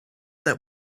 that